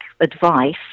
advice